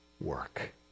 work